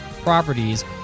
properties